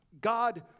God